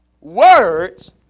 words